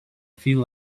feel